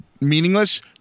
meaningless